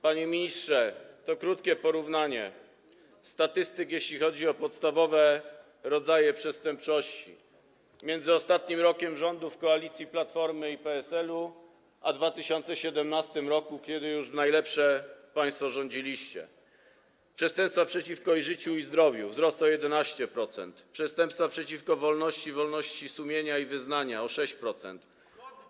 Panie ministrze, krótkie porównanie statystyk, jeśli chodzi o podstawowe rodzaje przestępczości, między ostatnim rokiem rządów koalicji Platformy i PSL a rokiem 2017, kiedy już w najlepsze państwo rządziliście: przestępstwa przeciwko życiu i zdrowiu - wzrost o 11%, przestępstwa przeciwko wolności, wolności sumienia i wyznania - o 6%.